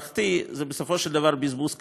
מערכתי, בסופו של דבר זה בזבוז כסף.